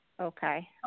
Okay